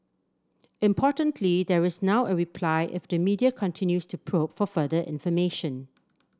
importantly there is now a reply if the media continues to probe for further information